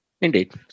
Indeed